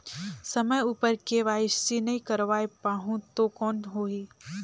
समय उपर के.वाई.सी नइ करवाय पाहुं तो कौन होही?